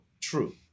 true